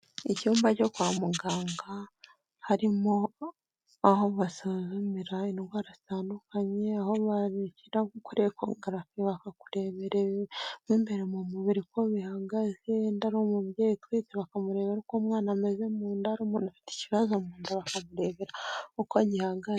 Icyumba cyo kwa muganga harimo, aho basuzumira indwara zitandukanye aho bagushyira muri ekogarafi bakakurebera mo imbere mu mubiri uko bihagaze, wenda ari umubyeyi utwite bakamurebera uko umwana ameze mu nda, ari umuntu ufite ikibazo mu nda bakamurebera uko gihagaze.